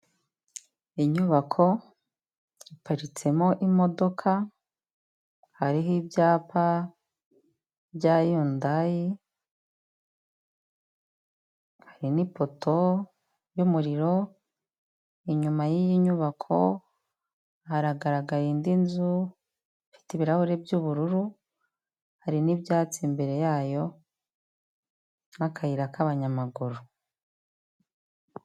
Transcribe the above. Inyubako iparitsemo imodoka, hariho ibyapa bya Hyundai, hari n'ipoto y'umuriro, inyuma yiy'inyubako haragaragara indi nzu ifite ibirahuri by'ubururu, hari n'ibyatsi imbere yayo n'akayira k'abanyamaguru.